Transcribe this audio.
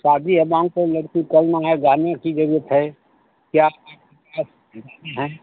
शादी है लड़की गहने की जरूरत है क्या आपके हैं